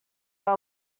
are